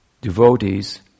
devotees